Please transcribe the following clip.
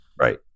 Right